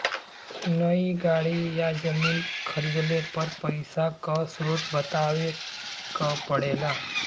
नई गाड़ी या जमीन खरीदले पर पइसा क स्रोत बतावे क पड़ेला